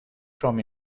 from